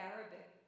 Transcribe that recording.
Arabic